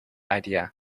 idea